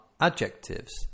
Adjectives